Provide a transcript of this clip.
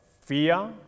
fear